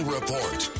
Report